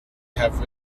have